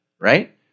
right